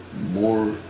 more